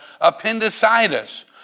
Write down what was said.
appendicitis